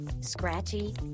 scratchy